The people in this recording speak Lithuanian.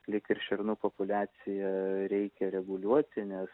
lyg ir šernų populiaciją reikia reguliuoti nes